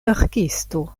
verkisto